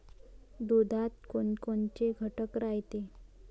दुधात कोनकोनचे घटक रायते?